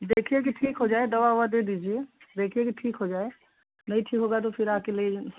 देखिए कि ठीक हो जाए दवा ववा दे दीजिए देखिए कि ठीक हो जाए नहीं ठीक होगा तो फिर आकर ले